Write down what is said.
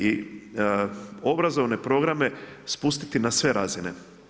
I obrazovne programe spustiti na sve razine.